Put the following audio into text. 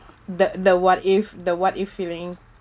the the what if the what if feeling